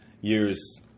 years